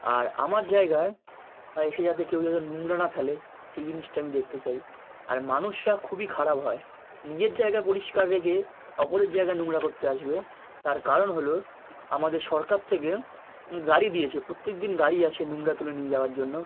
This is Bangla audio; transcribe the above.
আর আমার জায়গা এসে যাতে কেউ যাতে নোংরা না ফেলে সেই জিনিসটা আমি দেখতে চাই আর মানুষরা খুবই খারাপ হয় নিজের জায়গা পরিষ্কার রেখে অপরের জায়গা নোংরা করতে আসবে তার কারণ হলো আমাদের সরকার থেকে গাড়ি দিয়েছে প্রত্যেক দিন গাড়ি আসে নুংরা তুলে নিয়ে যাওয়ার জন্য